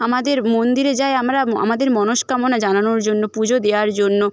আমাদের মন্দিরে যাই আমরা আমাদের মনস্কামনা জানানোর জন্য পুজো দেওয়ার জন্য